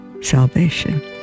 salvation